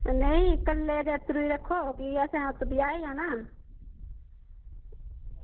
नेईं कल्लै अत्तरूं दी रक्खो क्योंकि असें ब्याह् जाना